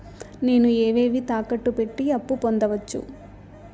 నేను ఏవేవి తాకట్టు పెట్టి అప్పు పొందవచ్చు?